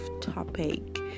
topic